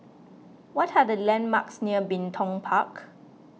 what are the landmarks near Bin Tong Park